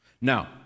Now